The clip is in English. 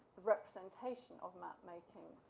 representation of map making,